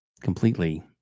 completely